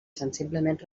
sensiblement